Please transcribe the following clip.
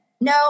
No